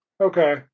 Okay